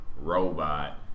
robot